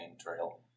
trail